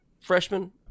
freshman